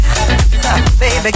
Baby